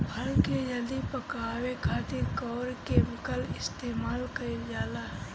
फल के जल्दी पकावे खातिर कौन केमिकल इस्तेमाल कईल जाला?